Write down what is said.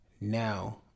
Now